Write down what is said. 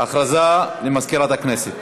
הודעה למזכירת הכנסת.